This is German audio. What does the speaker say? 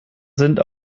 sind